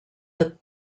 that